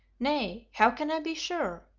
nay, how can i be sure?